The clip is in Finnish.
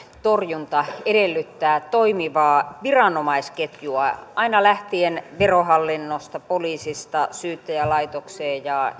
torjunta edellyttää toimivaa viranomaisketjua verohallinnosta ja poliisista lähtien aina syyttäjälaitokseen ja